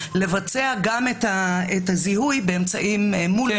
לבצע גם את הזיהוי מול אמצעים ביומטריים.